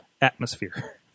atmosphere